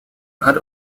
hat